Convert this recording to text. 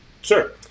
Sure